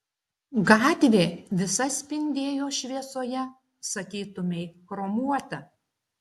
gatvė visa spindėjo šviesoje sakytumei chromuota